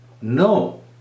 No